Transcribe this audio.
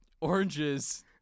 Oranges